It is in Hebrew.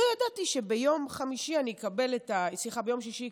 לא ידעתי שביום שישי אני אקבל את העיתון,